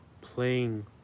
playing